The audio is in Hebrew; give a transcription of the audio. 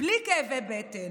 בלי כאבי בטן.